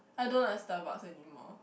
I don't like Starbucks anymore